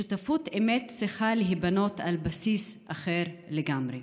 שותפות אמת צריכה להיבנות על בסיס אחר לגמרי.